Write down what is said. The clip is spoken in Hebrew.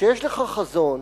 כשיש לך חזון,